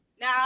Now